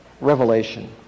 revelation